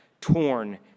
torn